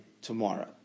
tomorrow